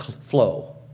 flow